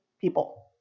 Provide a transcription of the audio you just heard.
people